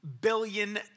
billion